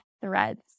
threads